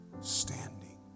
Standing